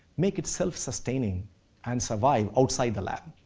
make it self-sustaining and survive outside the lab,